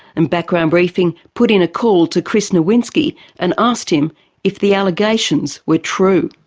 and background briefing put in a call to chris nowinski and asked him if the allegations were true.